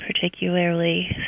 particularly